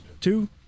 two